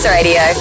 Radio